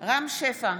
רם שפע,